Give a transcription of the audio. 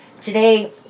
today